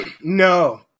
no